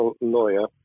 lawyer